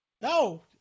No